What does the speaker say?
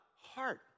heart